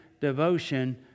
devotion